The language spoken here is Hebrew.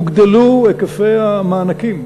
הוגדלו היקפי המענקים,